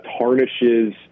tarnishes